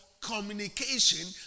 communication